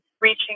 reaching